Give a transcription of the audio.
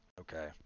Okay